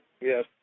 Yes